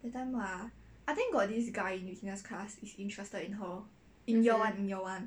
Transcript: mmhmm